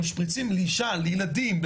משפריצים על אישה וילדים,